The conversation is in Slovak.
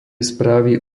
správy